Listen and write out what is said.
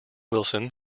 wilson